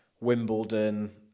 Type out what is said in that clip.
Wimbledon